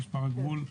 משמר הגבול,